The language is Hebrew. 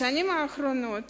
בשנים האחרונות